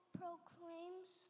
proclaims